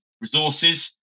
resources